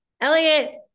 Elliot